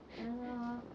!hannor!